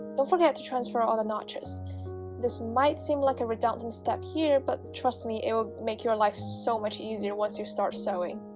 don't forget to transfer all the notches this might seem like a redundant step here but trust me it will make your life so much easier once you start sewing